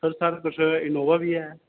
sir तुस Innova बी ऐ